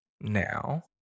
now